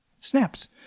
Snaps